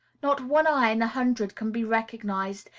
not one eye in a hundred can be recognized,